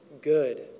good